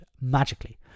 magically